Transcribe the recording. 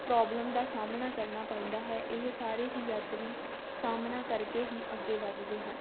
problem ਦਾ ਸਾਹਮਣਾ ਕਰਨਾ ਪੈਂਦਾ ਹੈ ਇਹ ਸਾਰੇ ਹੀ ਯਾਤਰੀ ਸਾਹਮਣਾ ਕਰਕੇ ਹੀ ਅੱਗੇ ਵੱਧਦੇ ਹਨ